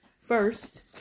first